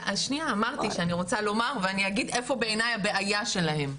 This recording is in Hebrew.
אמרתי שאני רוצה לומר ואני אגיד איפה בעיניי הבעיה שלהם.